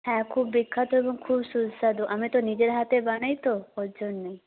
হ্যাঁ খুব বিখ্যাত এবং খুব সুস্বাদু আমি তো নিজের হাতে বানাই তো ওর জন্যই